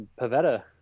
Pavetta